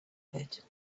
pit